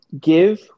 give